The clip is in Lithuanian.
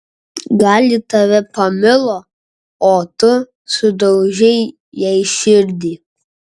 gal ji tave pamilo o tu sudaužei jai širdį